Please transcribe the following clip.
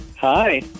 Hi